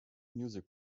music